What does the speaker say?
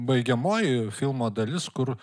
baigiamoji filmo dalis kur